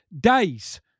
days